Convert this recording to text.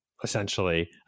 essentially